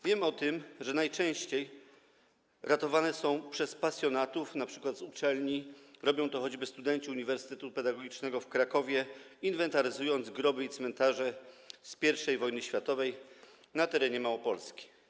Wiem, że najczęściej ratowane są one przez pasjonatów, np. z uczelni, robią to choćby studenci Uniwersytetu Pedagogicznego w Krakowie, inwentaryzując groby i cmentarze z I wojny światowej na terenie Małopolski.